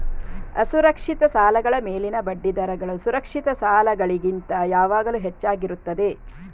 ಅಸುರಕ್ಷಿತ ಸಾಲಗಳ ಮೇಲಿನ ಬಡ್ಡಿ ದರಗಳು ಸುರಕ್ಷಿತ ಸಾಲಗಳಿಗಿಂತ ಯಾವಾಗಲೂ ಹೆಚ್ಚಾಗಿರುತ್ತದೆ